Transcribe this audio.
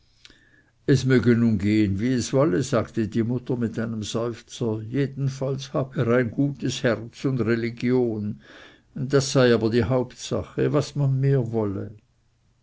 es möge nun gehen wie es wolle sagte die mutter mit einem seufzer jedenfalls habe er ein gutes herz und religion das sei aber die hauptsache was man mehr wolle